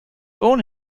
born